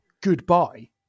goodbye